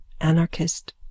anarchist